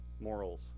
morals